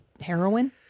Heroin